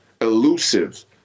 elusive